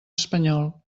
espanyol